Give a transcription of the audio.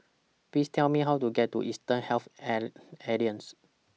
Please Tell Me How to get to Eastern Health Alliance